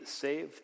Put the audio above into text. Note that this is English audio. saved